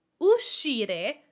Uscire